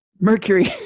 Mercury